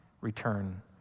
return